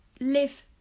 live